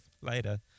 later